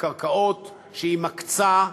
בקרקעות שהיא מקצה,